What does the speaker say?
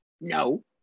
No